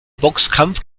boxkampf